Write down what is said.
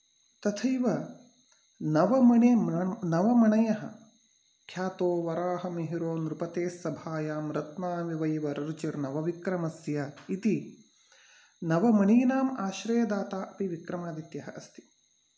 तथैव नवमणि नवमणयः ख्यातो वराहमिहिरो नृपते सभायां रत्नानि वै वररुचिर्नवविक्रमस्य इति नवमणिनाम् आश्रयदाता अपि विक्रमादित्यः अस्ति